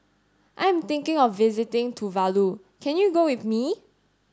I am thinking of visiting Tuvalu can you go with me